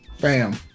Bam